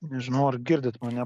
nežinau ar girdit mane